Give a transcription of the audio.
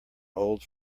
old